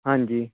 ਹਾਂਜੀ